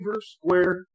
Square